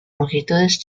longitudes